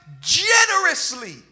generously